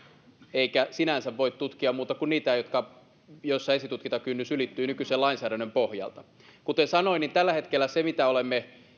eikä sinänsä voi tutkia muuta kuin niitä tapauksia joissa esitutkintakynnys ylittyy nykyisen lainsäädännön pohjalta kuten sanoin tällä hetkellä se mitä olemme